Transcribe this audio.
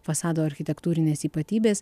fasado architektūrinės ypatybės